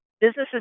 businesses